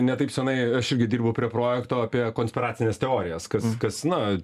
ne taip senai aš irgi dirbau prie projekto apie konspiracines teorijas kas kas na